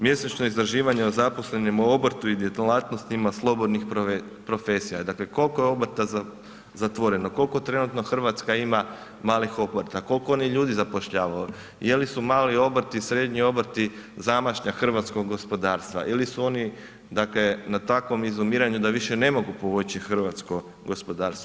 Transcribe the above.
Mjesečno istraživanje o zaposlenim u obrtu i djelatnostima slobodnih profesija, dakle koliko je obrta zatvoreno, koliko trenutno Hrvatska ima malih obrta, koliko oni ljudi zapošljavaju, je li su mali obrti i srednji obrti zamašnjak hrvatskog gospodarstva ili su oni dakle na takvom izumiranju da više ne mogu povući hrvatsko gospodarstvo.